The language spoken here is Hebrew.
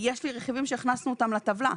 יש לי רכיבים שהכנסנו אותם לטבלה.